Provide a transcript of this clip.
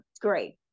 great